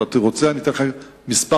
אם אתה רוצה אתן לך כמה דוגמאות,